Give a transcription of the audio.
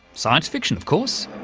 science fiction of course.